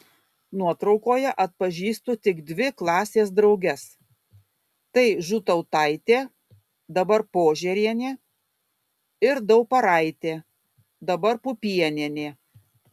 nuotraukoje atpažįstu tik dvi klasės drauges tai žūtautaitė dabar požėrienė ir dauparaitė dabar pupienienė